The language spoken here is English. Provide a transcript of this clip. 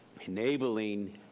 enabling